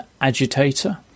agitator